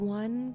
one